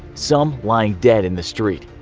some lying dead in the street.